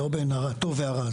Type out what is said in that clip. לא בין הטוב והרע,